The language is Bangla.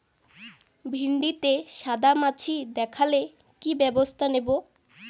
ভিন্ডিতে সাদা মাছি দেখালে কি ব্যবস্থা নেবো?